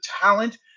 talent